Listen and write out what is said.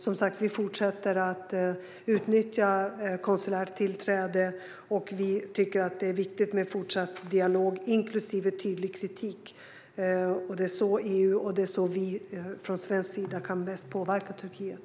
Som sagt fortsätter vi att utnyttja konsulärt tillträde och tycker att det är viktigt med fortsatt dialog, inklusive tydlig kritik. Det är så som EU och vi från svensk sida mest kan påverka Turkiet.